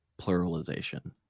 pluralization